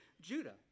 Judah